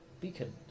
beacon